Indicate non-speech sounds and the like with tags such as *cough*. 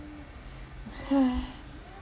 *noise*